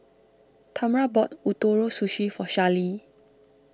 Tamra bought Ootoro Sushi for Charlee